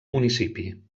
municipi